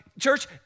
Church